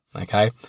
Okay